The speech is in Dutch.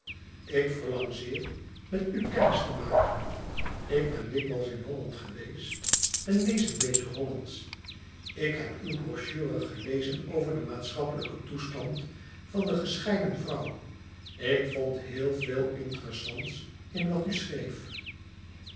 ik verlang zeer met u kennis te maken ik ben dikwijls in holland geweest en ik lees een beetje hollandsch ik heb uwe brochure gelezen over den maatschappelijken toestand van de gescheiden vrouw en ik vond heel veel interessants in wat u schreef